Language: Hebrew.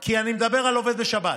כי אני מדבר על עובד בשבת.